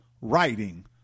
writing